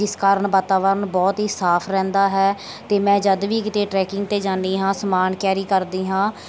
ਜਿਸ ਕਾਰਨ ਵਾਤਾਵਰਨ ਬਹੁਤ ਹੀ ਸਾਫ ਰਹਿੰਦਾ ਹੈ ਅਤੇ ਮੈਂ ਜਦ ਵੀ ਕਿਤੇ ਟਰੈਕਿੰਗ 'ਤੇ ਜਾਂਦੀ ਹਾਂ ਸਮਾਨ ਕੈਰੀ ਕਰਦੀ ਹਾਂ